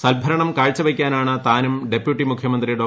സത്ഭരണം കാഴ്ചവയ്ക്കാനാണ് താനും ഡെപ്പ്യൂട്ടി് മുഖ്യമന്ത്രി ഡോ